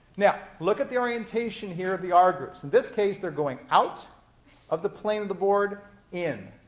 now, look at the orientation here of the r groups. in this case, they're going out of the plane of the board, in.